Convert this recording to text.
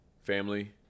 family